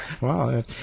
Wow